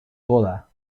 coda